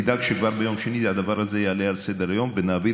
תדאג שכבר ביום שני הדבר הזה יעלה על סדר-היום ונעביר